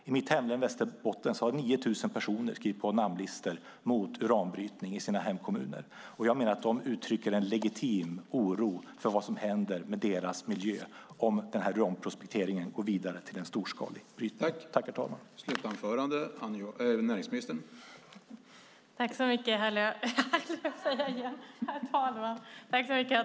I mitt hemlän Västerbotten har 9 000 personer skrivit på namnlistor mot uranbrytning i sina hemkommuner. Jag menar att de uttrycker en legitim oro för vad som händer med deras miljö om uranprospekteringen går vidare till en storskalig brytning.